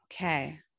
Okay